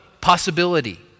possibility